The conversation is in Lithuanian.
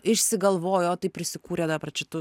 išsigalvojo tai prisikūrė dar čia tų